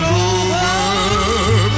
over